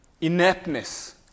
Ineptness